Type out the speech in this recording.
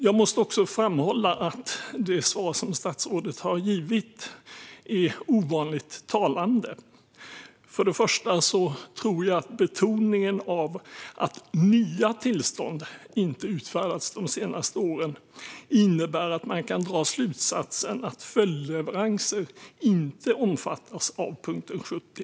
Jag måste också framhålla att det svar som statsrådet har givit är ovanligt talande. Först och främst tror jag att betonandet av att nya tillstånd inte har utfärdats de senaste åren innebär att man kan dra slutsatsen att följdleveranser inte omfattas av punkt 70.